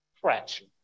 fracture